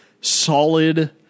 solid